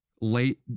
Late